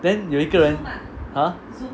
then 有一个人 !huh!